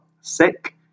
sick